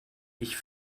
ich